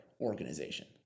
organization